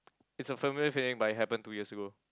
it's a familiar feeling but it happen two years ago